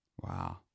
Wow